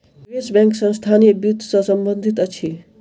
निवेश बैंक संस्थानीय वित्त सॅ संबंधित अछि